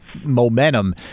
momentum